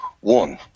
One